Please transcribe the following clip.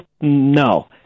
No